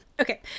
Okay